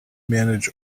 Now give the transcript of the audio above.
manage